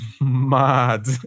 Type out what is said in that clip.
mad